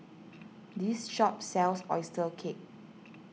this shop sells Oyster Cake